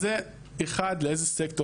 אז זה אחד, לאיזה סקטור.